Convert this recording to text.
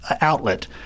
outlet